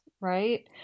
right